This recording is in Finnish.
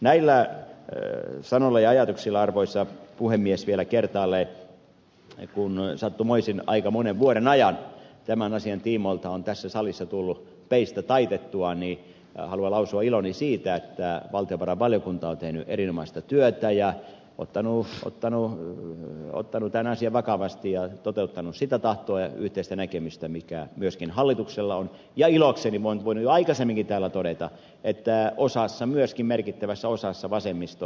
näillä sanoilla ja ajatuksilla arvoisa puhemies vielä kertaalleen kun sattumoisin aika monen vuoden ajan tämän asian tiimoilta on tässä salissa tullut peistä taitettua haluan lausua iloni siitä että valtiovarainvaliokunta on tehnyt erinomaista työtä ja ottanut tämän asian vakavasti ja toteuttanut sitä tahtoa ja yhteistä näkemystä mikä myöskin hallituksella on ja ilokseni olen voinut jo aikaisemminkin täällä todeta myöskin merkittävässä osassa vasemmistoa